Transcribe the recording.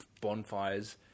bonfires